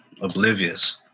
oblivious